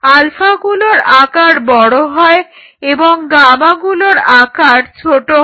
আলফাগুলোর আকার বড় হয় এবং গামাগুলির আকার ছোট হয়